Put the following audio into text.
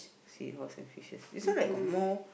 seahorse and fishes this one like got more